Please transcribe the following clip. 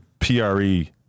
pre